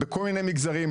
בכל מיני מגזרים,